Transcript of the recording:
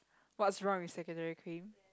what's wrong with secretary Kim